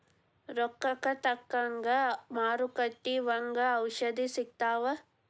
ರೋಗಕ್ಕ ತಕ್ಕಂಗ ಮಾರುಕಟ್ಟಿ ಒಂಗ ಔಷದೇನು ಸಿಗ್ತಾವ